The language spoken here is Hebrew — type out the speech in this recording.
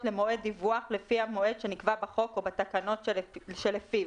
למועד דיווח כפי שנקבע בחוק ובתקנות שלפיו.